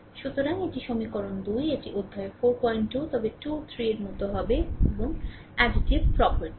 সুতরাং এটি সমীকরণ 2 এটি অধ্যায়ের 42 তবে 2 3 এর মতো হবে এবং অ্যাডিটিভ প্রপার্টি